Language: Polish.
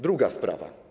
Druga sprawa.